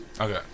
Okay